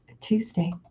Tuesday